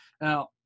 Now